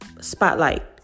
Spotlight